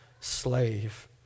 slave